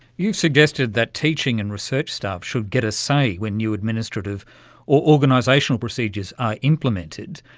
you've suggested that teaching and research staff should get a say when new administrative or organisational procedures are implemented.